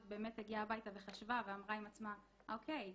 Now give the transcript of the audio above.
באמת הגיעה הביתה וחשבה ואמרה עם עצמה אוקיי,